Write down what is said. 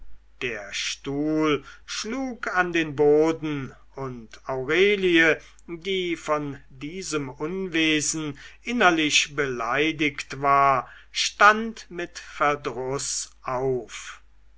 der stuhl schlug an den boden und aurelie die von diesem unwesen innerlich beleidigt war stand mit verdruß auf